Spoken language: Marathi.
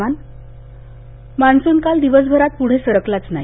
मान्सून मान्सून काल दिवसभरात पुढे सरकलाच नाही